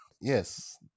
Yes